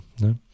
no